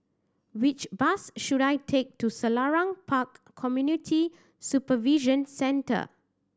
which bus should I take to Selarang Park Community Supervision Centre